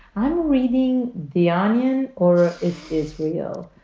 i'm reading the onion or it is real.